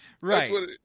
Right